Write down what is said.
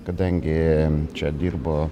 kadangi čia dirbo